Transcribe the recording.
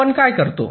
आपण काय करतोय